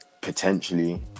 potentially